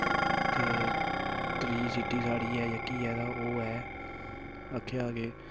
ते त्रीऽ सिटी साढ़ी ऐ जेह्की ऐ ओह् ऐ केह् आखदे